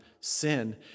sin